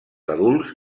adults